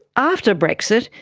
after brexit,